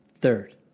Third